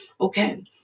Okay